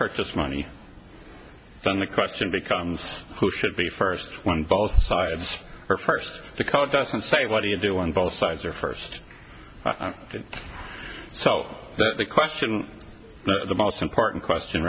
purchased money then the question becomes who should be first when both sides are first to call it doesn't say what do you do on both sides or first so that the question the most important question